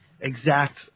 exact